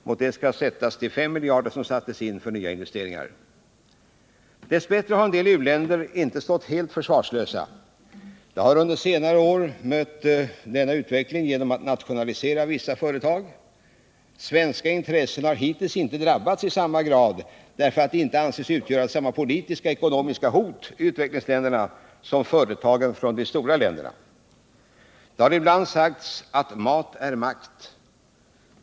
Mot detta skall ses de 5 miljarder som sattes in för nya investeringar. Dess bättre har en del u-länder inte stått helt försvarslösa. De har under senare år mött denna utveckling genom att nationalisera vissa företag. Svenska intressen har hittills inte drabbats i samma grad, därför att de inte anses utgöra samma politiska och ekonomiska hot i utvecklingsländerna som företagen från de stora länderna. Det har ibland sagts att mat är makt.